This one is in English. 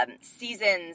seasons